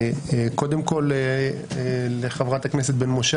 קודם כול לחברת הכנסת בן משה,